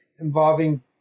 involving